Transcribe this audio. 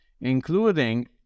including